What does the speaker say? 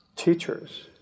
Teachers